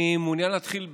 אני מעוניין להתחיל,